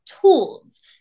tools